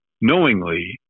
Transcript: knowingly